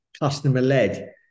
customer-led